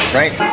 right